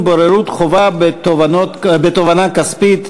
בוררות חובה בתובענה כספית),